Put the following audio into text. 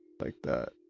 like that!